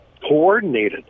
coordinated